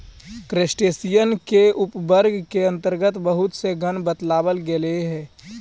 crustacean के उपवर्गों के अन्तर्गत भी बहुत से गण बतलावल गेलइ हे